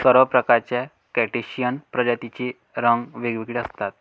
सर्व प्रकारच्या क्रस्टेशियन प्रजातींचे रंग वेगवेगळे असतात